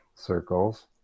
Circles